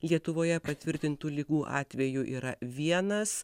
lietuvoje patvirtintų ligų atvejų yra vienas